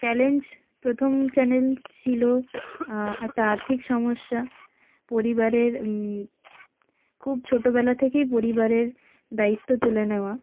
challenge প্রথম challenge ছিল একটা আর্থিক সমস্যা পরিবারের খুব ছোটোবেলা থেকেই পরিবারের দায়িত্ব তুলে নেওয়া